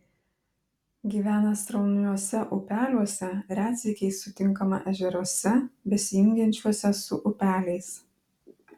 gyvena srauniuose upeliuose retsykiais sutinkama ežeruose besijungiančiuose su upeliais